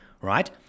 right